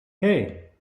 hey